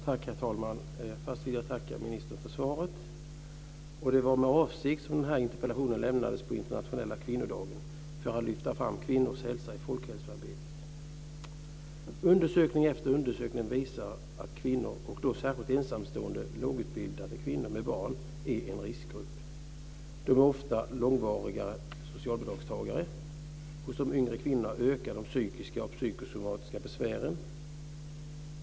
Herr talman! Först vill jag tacka ministern för svaret. Det var med avsikt som den här interpellationen lämnades på den internationella kvinnodagen för att lyfta fram kvinnors hälsa i folkhälsoarbetet. Undersökning efter undersökning visar att kvinnor, och då särskilt ensamstående lågutbildade kvinnor med barn, är en riskgrupp. De är oftare långvariga socialbidragstagare. Hos de yngre kvinnorna ökar de psykiska och psykosomatiska besvären.